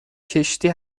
کشتی